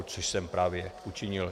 Což jsem právě učinil.